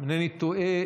אם אינני טועה,